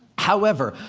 however,